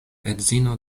edzino